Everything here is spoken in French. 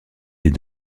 des